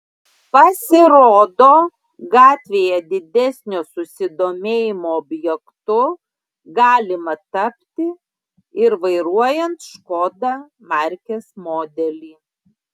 pasirodo gatvėje didesnio susidomėjimo objektu galima tapti ir vairuojant škoda markės modelį